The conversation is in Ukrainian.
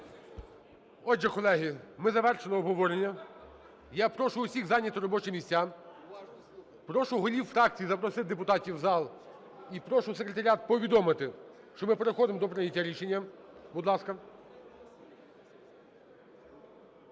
Отже, колеги, ми завершили обговорення. Я прошу всіх зайняти робочі місця. Прошу голів фракцій запросити депутатів в зал і прошу Секретаріат повідомити, що ми переходимо до прийняття рішення. Будь ласка.